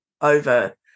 over